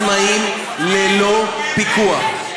מגופים עצמאים ללא פיקוח.